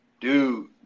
Dude